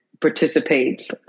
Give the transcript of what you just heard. participates